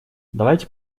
давайте